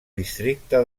districte